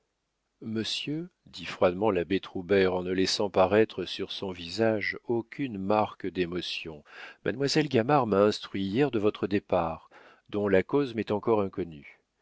monsieur dit froidement l'abbé troubert en ne laissant paraître sur son visage aucune marque d'émotion mademoiselle gamard m'a instruit hier de votre départ dont la cause m'est encore inconnue